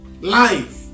Life